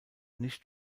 nicht